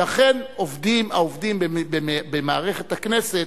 שאכן העובדים במערכת הכנסת,